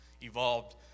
evolved